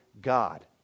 God